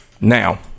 Now